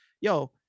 yo